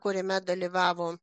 kuriame dalyvavo